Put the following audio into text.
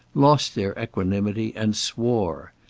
lost their equanimity, and swore.